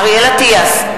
אריאל אטיאס,